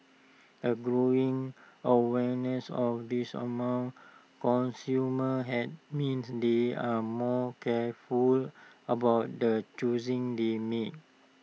A growing awareness of this among consumers had means they are more careful about the choosing they make